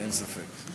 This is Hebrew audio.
אין ספק.